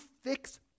fix